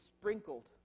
sprinkled